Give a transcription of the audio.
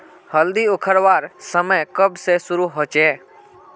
हल्दी उखरवार समय कब से शुरू होचए?